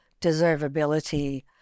deservability